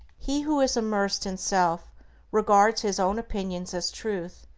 he who is immersed in self regards his own opinions as truth,